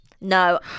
no